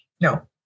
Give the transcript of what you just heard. No